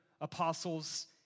apostles